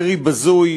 ירי בזוי,